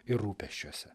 ir rūpesčiuose